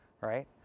right